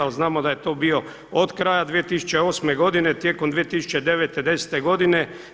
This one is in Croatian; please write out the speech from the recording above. Ali znamo da je to bio od kraja 2008. godine, tijekom 2009., 10. godine.